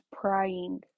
praying